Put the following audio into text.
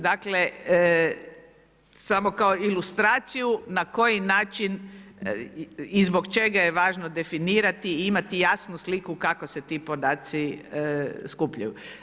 Dakle, samo kao ilustraciju na koji način i zbog čega je važno definirati i imati jasnu sliku kako se ti podaci skupljaju.